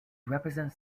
represents